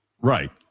Right